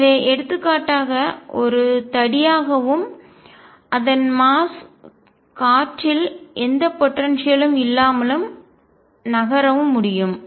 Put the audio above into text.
எனவே எடுத்துக்காட்டாக ஒரு தடியாகவும் ராடு அதன் மாஸ் நிறை காற்றில் எந்த போடன்சியல்லும் ஆற்றல் இல்லாமல் நகரவும் முடியும்